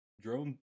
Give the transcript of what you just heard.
drone